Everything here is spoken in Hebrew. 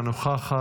אינה נוכחת,